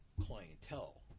clientele